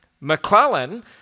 McClellan